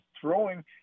throwing